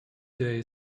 day